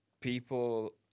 people